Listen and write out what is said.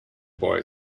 boy